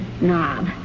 knob